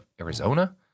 Arizona